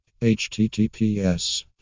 https